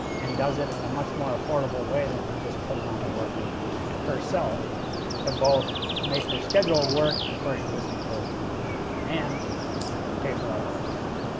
and does it in and a much more affordable way than to just put it on the worker herself to both make her schedule work for an existing program and pay for that out-of-pocket.